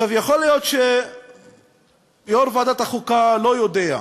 יכול להיות שיושב-ראש ועדת החוקה לא יודע,